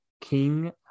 King